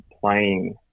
playing